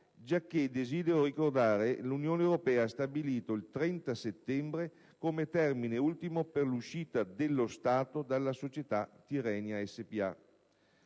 giacché, desidero ricordarlo, l'Unione europea ha stabilito il 30 settembre come termine ultimo per l'uscita dello Stato dalla Società Tirrenia Spa.